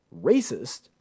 racist